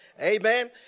Amen